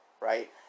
Right